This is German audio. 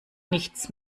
nichts